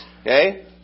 okay